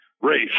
race